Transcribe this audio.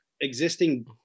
existing